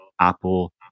Apple